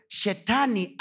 shetani